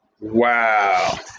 Wow